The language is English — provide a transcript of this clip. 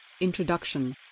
Introduction